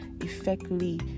effectively